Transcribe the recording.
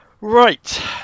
right